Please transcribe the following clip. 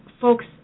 folks